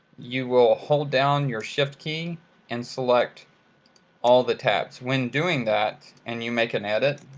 you will hold down your shift key and select all the tabs. when doing that and you make an edit,